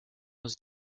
was